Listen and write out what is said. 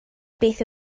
beth